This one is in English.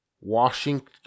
Washington